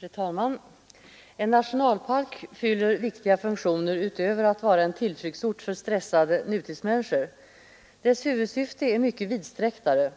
Fru talman! En nationalpark fyller viktiga funktioner utöver att vara en tillflyktsort för stressade nutidsmänniskor. Dess huvudsyfte är mycket vidsträcktare.